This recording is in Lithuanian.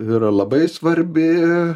yra labai svarbi